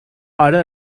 آره